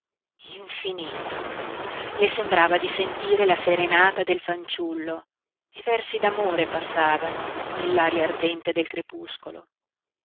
infinito le sembrava di sentire la serenata del fanciullo e versi d'amore passavano nell'aria ardente del crepuscolo